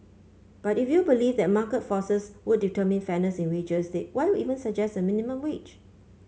but if you believe that market forces would determine fairness in wages they why even suggest a minimum wage